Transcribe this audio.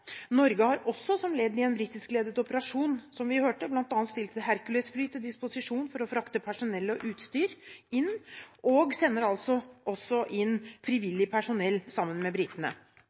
Norge har også som ledd i en britisk-ledet operasjon, som vi hørte, bl.a. stilt et Hercules-fly til disposisjon for å frakte personell og utstyr og sender altså også inn frivillig personell sammen med britene.